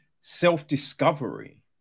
self-discovery